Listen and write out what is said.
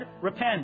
repent